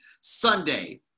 Sunday